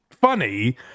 funny